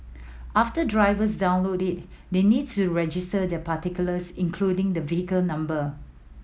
after drivers download it they need to register their particulars including the vehicle number